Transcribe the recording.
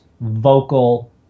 vocal